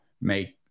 make